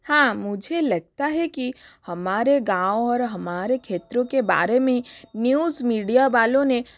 हाँ मुझे लगता है कि हमारे गाँव और हमारे क्षेत्रों के बारे में न्यूज़ मीडिया वालों ने